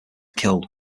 killed